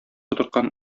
утырткан